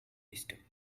wisdom